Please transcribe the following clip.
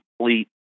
complete